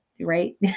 right